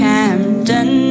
Camden